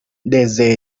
desde